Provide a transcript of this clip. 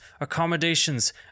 accommodations